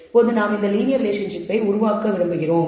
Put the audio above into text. இப்போது நாம் இந்த லீனியர் ரிலேஷன்ஷிப்பை உருவாக்க விரும்புகிறோம்